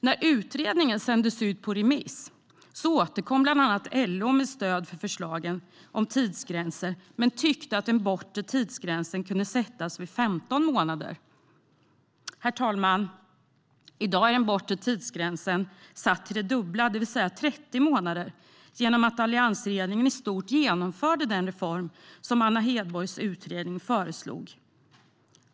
När utredningen sändes ut på remiss återkom bland annat LO med stöd för förslagen om tidsgränser och tyckte att den bortre tidsgränsen kunde sättas vid 15 månader. I dag, herr talman, är den bortre tidsgränsen satt till det dubbla, det vill säga 30 månader, genom att alliansregeringen i stort genomförde den reform som Anna Hedborgs utredning föreslog.